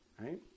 Right